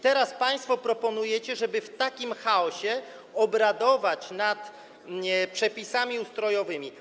Teraz państwo proponujecie, żeby w takim chaosie obradować nad przepisami ustrojowymi.